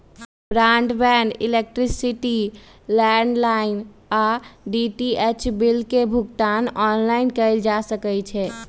broadband, electricity, landline आऽ DTH bill के भुगतान ऑनलाइन कएल जा सकइ छै